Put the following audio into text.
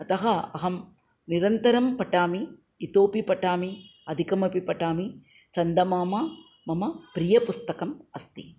अतः अहं निरन्तरं पठामि इतोऽपि पठामि अधिकमपि पठामि चन्दमामा मम प्रियपुस्तकम् अस्ति